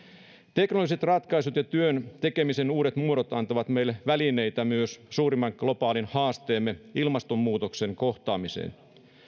teknologiset ratkaisut ja työn tekemisen uudet muodot antavat meille välineitä myös suurimman globaalin haasteemme ilmastonmuutoksen kohtaamiseen